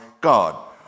God